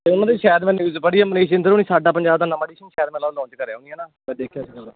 ਅਤੇ ਉਹਨਾਂ ਦੀ ਸ਼ਾਇਦ ਮੈਂ ਨਿਊਜ਼ ਪੜ੍ਹੀ ਹੈ ਮਨੀਸ਼ ਇੰਦਰ ਹੋਣੀ ਸਾਡਾ ਪੰਜਾਬ ਦਾ ਨਵਾਂ ਐਡੀਸ਼ਨ ਸ਼ਾਇਦ ਮੈਨੂੰ ਲਾਂਚ ਕਰਿਆ ਉਹਨੇ ਹੈ ਨਾ ਮੈਂ ਦੇਖਿਆ ਸੀਗਾ ਉਹਦਾ